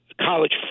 college